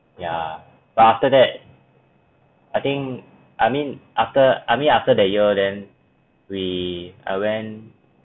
ya but after that I think I mean after I mean after that year then we I went